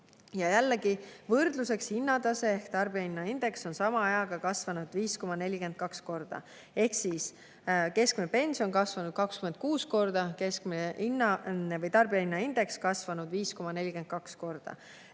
Jällegi võrdluseks: hinnatase ehk tarbijahinnaindeks on sama ajaga kasvanud 5,42 korda. Ehk siis keskmine pension on kasvanud 26 korda ja keskmine tarbijahinnaindeks on kasvanud 5,42 korda.